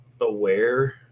aware